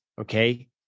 Okay